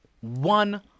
one